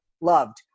loved